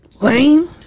Lame